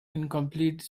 incomplete